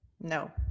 no